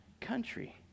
country